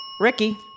Ricky